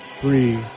three